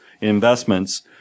investments